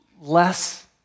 less